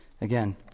Again